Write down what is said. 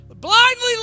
blindly